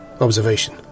observation